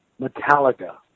Metallica